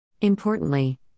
Importantly